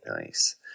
nice